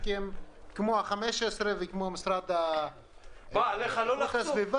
כי הם כמו ה-15 וכמו המשרד להגנת הסביבה -- עליך לא לחצו?